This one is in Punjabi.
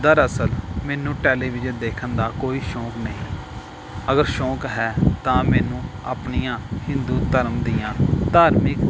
ਦਰਅਸਲ ਮੈਨੂੰ ਟੈਲੀਵਿਜ਼ਨ ਦੇਖਣ ਦਾ ਕੋਈ ਸ਼ੌਕ ਨਹੀਂ ਅਗਰ ਸ਼ੌਕ ਹੈ ਤਾਂ ਮੈਨੂੰ ਆਪਣੀਆਂ ਹਿੰਦੂ ਧਰਮ ਦੀਆਂ ਧਾਰਮਿਕ